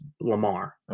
Lamar